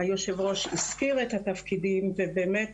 היו"ר הזכיר את התפקידים ובאמת